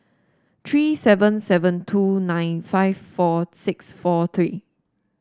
three seven seven two nine five four six four three